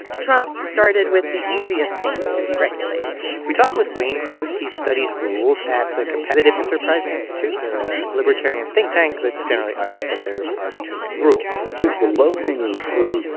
trump started with the easiest things to deregulate we talked with wayne crews. he studies rules at the competitive enterprise institute. they're a libertarian think tank that generally argues that there are too many rules the low-hanging fruit,